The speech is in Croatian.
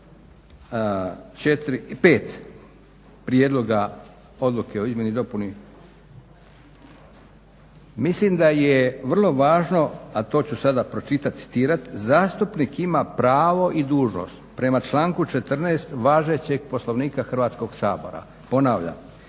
5. prijedloga Odluke o izmjeni i dopuni mislim da je vrlo važno, a to ću sada pročitati, citirati "Zastupnik ima pravo i dužnost prema članku 14. važećeg Poslovnika Hrvatskog sabora, ponavljam,